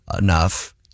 enough